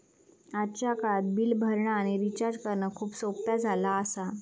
आजच्या काळात बिल भरणा आणि रिचार्ज करणा खूप सोप्प्या झाला आसा